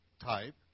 type